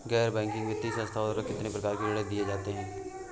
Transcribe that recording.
गैर बैंकिंग वित्तीय संस्थाओं द्वारा कितनी प्रकार के ऋण दिए जाते हैं?